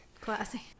Classy